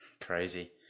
crazy